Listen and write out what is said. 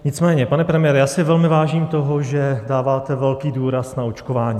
Nicméně, pane premiére, já si velmi vážím toho, že dáváte velký důraz na očkování.